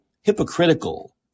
hypocritical